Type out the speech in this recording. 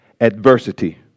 adversity